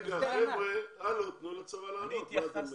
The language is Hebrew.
תנו לצבא לענות.